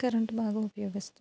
current బాగా ఉపయోగిస్తాం